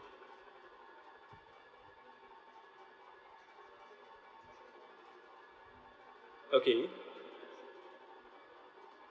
okay